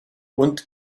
und